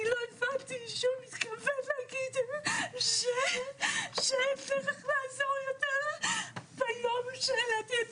אני לא הבנתי שהוא מתכוון שאין דרך לעזור לי יותר וביום שהעליתי את